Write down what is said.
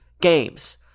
games